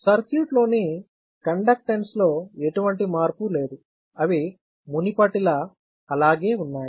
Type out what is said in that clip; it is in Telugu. సర్క్యూట్ లోని కండక్టెన్స్ లో ఎటువంటి మార్పు లేదు అవి మునుపటిలా అలాగే ఉన్నాయి